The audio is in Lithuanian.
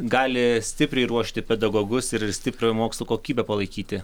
gali stipriai ruošti pedagogus ir stiprią mokslų kokybę palaikyti